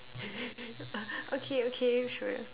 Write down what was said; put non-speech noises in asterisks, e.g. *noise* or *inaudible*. *laughs* okay okay sure